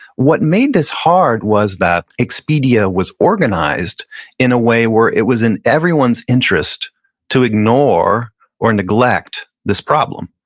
what made this hard was that expedia was organized in a way where it was in everyone's interest to ignore or neglect this problem.